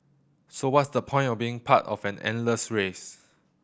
so what's the point of being part of an endless race